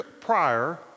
prior